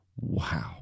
wow